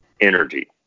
energy